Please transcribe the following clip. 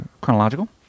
chronological